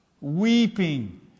weeping